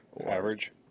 average